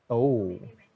oh